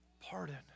pardon